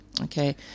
okay